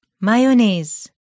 Mayonnaise